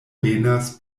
venas